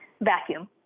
vacuum